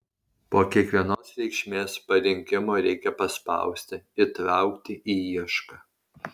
po kiekvienos reikšmės parinkimo reikia paspausti įtraukti į iešką